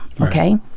okay